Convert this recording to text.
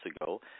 ago